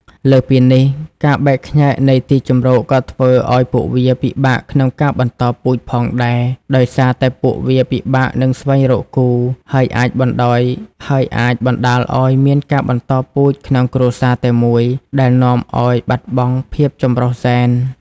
លើសពីនេះ ការបែកខ្ញែកនៃទីជម្រកក៏ធ្វើឲ្យពួកវា ពិបាកក្នុងការបន្តពូជ ផងដែរ ដោយសារតែពួកវាពិបាកនឹងស្វែងរកគូ ហើយអាចបណ្តាលឲ្យមានការបន្តពូជក្នុងគ្រួសារតែមួយ ដែលនាំឲ្យបាត់បង់ភាពចម្រុះហ្សែន។